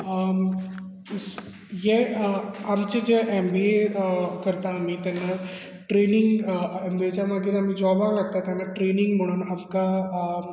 जे आमचे जे M B A अ करता आमी तेन्ना ट्रेनिंग एम बी एच्या मागीर आमी जॉबाक लागता तेन्ना ट्रेनिंग म्हणून आमकां अ अ